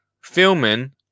Filming